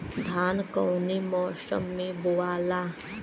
धान कौने मौसम मे बोआला?